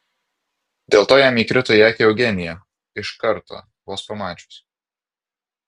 dėl to jam įkrito į akį eugenija iš karto vos pamačius